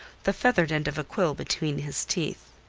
the feathered end of a quill between his teeth.